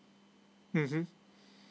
mm